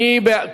מי בעד?